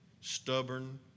stubborn